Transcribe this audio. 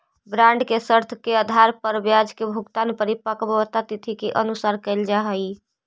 bond के शर्त के आधार पर ब्याज के भुगतान परिपक्वता तिथि के अनुसार कैल जा हइ